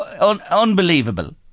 unbelievable